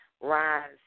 Rise